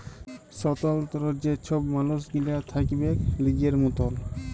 স্বতলত্র যে ছব মালুস গিলা থ্যাকবেক লিজের মতল